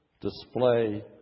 display